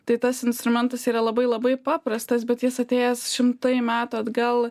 tai tas instrumentas yra labai labai paprastas bet jis atėjęs šimtai metų atgal